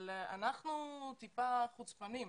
אנחנו קצת חוצפנים.